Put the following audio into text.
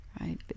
right